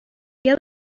بیا